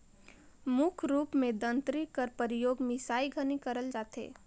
मुख रूप मे दँतरी कर परियोग मिसई घनी करल जाथे